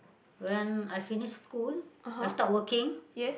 when I finish school I start working